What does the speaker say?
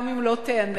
גם אם לא תיהנה.